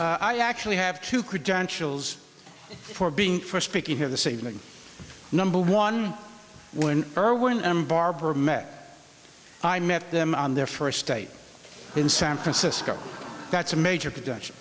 i actually have two credentials for being for speaking here this evening number one when erwin and barbara met i met them on their first state in san francisco that's a major production